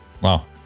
Wow